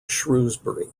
shrewsbury